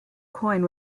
coin